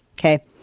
okay